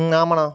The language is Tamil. ம் ஆமாண்ணா